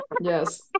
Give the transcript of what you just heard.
yes